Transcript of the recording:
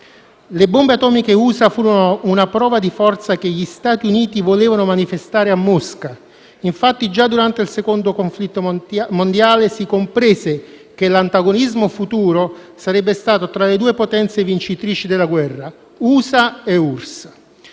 Le bombe atomiche USA furono una prova di forza che gli Stati Uniti volevano manifestare a Mosca. Infatti, già durante il secondo conflitto mondiale si comprese che l'antagonismo futuro sarebbe stato tra le due potenze vincitrice della guerra, USA e URSS.